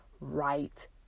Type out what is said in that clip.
right